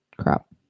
crap